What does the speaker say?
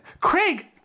Craig